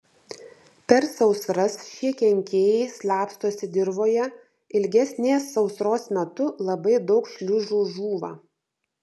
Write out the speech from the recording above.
per sausras šie kenkėjai slapstosi dirvoje ilgesnės sausros metu labai daug šliužų žūva